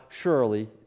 surely